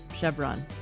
Chevron